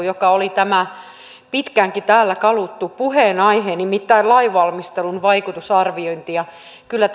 joka oli tämä pitkäänkin täällä kaluttu puheenaihe nimittäin lainvalmistelun vaikutusarviointi kyllä